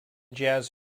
jazz